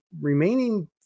remaining